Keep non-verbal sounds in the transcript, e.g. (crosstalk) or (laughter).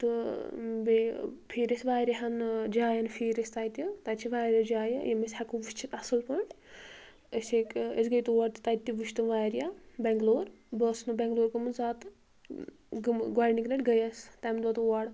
تہٕ بیٚیہِ پھیٖرۍ أسۍ واریاہن ٲں جاین پھیٖرۍ أسۍ تَتہِ تَتہِ چھِ واریاہ جایہِ یِم أسۍ ہیٚکو وُچھتھ اصٕل پٲٹھۍ أسۍ ہیٚکۍ ٲں أسۍ گٔے تور تہِ تَتہِ تہِ وُچھ تِم واریاہ بیٚنٛگلور بہٕ ٲسٕس نہٕ بیٚنٛگلور گوٚمُت زاہ تہٕ (unintelligible) گۄڈنِکۍ لٹہِ گٔیٚیس تَمہِ دۄہ تور